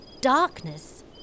darkness